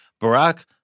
Barack